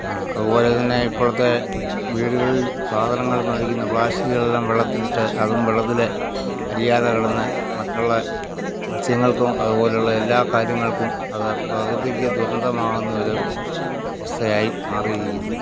ആ അതുപോലെതന്നെ ഇപ്പോഴത്തെ വീടുകളിലും സാധനങ്ങൾ മേടിക്കുന്ന പ്ലാസ്റ്റിക്കുകളെല്ലാം വെള്ളത്തിലിട്ട് അതും വെള്ളത്തിൽ അലിയാതെ കിടന്നു മറ്റുളേള മത്സ്യങ്ങൾക്കും അതുപോലെയുള്ളതെല്ലാം കാര്യങ്ങൾക്കും അതു പ്രകൃതിക്കു ദുരന്തമാകുന്നൊരു വസ്തുതയായി മാറിയിരിക്കുന്നു